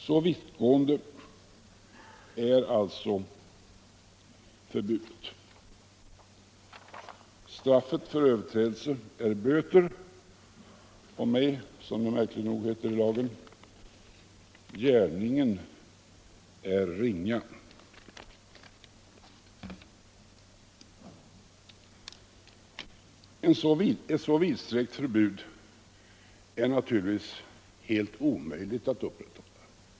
Så vittgående är alltså förbudet. Straffet för överträdelse är böter, om ej - som det märkligt nog heter i lagen — ”gärningen är ringa”. Ett så vidsträckt förbud är naturligtvis helt omöjligt att upprätthålla.